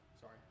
Sorry